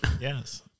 Yes